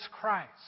Christ